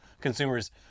consumers